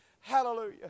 Hallelujah